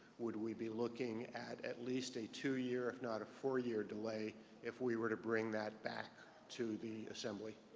would we be looking at at least a two year, if not a four-year delay if we were to bring that back to the assembly?